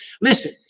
Listen